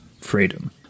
freedom